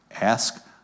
Ask